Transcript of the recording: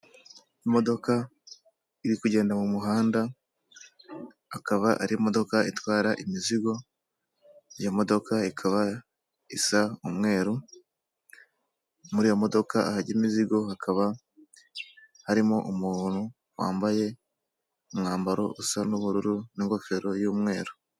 Imodoka iri kugenda mu muhanda, akaba ari imodoka itwara imizigo, iyo modoka ikaba isa umweru, muri iyo modoka ahajya imizigo hakaba harimo umuntu wambaye umwambaro usa n'ubururu n'ingofero y'umweru.